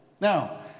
Now